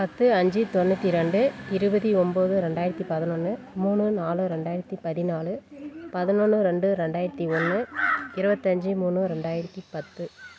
பத்து அஞ்சு தொண்ணுாற்றி ரெண்டு இருபத்தி ஒம்பது ரெண்டாயிரத்து பதினொன்று மூணு நாலு ரெண்டாயிரத்து பதினாலு பதினொன்று ரெண்டு ரெண்டாயிரத்து ஒன்று இருபத்தி அஞ்சு மூணு ரெண்டாயிரத்து பத்து